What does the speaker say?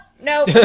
no